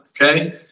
okay